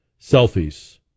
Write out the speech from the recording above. selfies